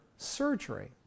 surgery